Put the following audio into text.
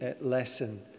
lesson